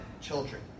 children